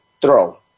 throw